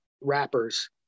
rappers